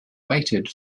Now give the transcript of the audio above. waited